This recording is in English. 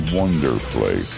wonderfully